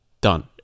done